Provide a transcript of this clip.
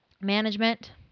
Management